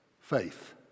faith